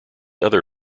other